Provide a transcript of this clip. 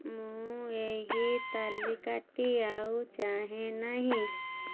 ମୁଁ ଏହି ତାଲିକାଟି ଆଉ ଚାହେଁ ନାହିଁ